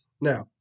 Now